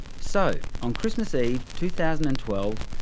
so, on christmas eve two thousand and twelve,